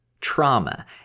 trauma